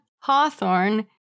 Hawthorne